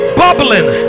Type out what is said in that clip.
bubbling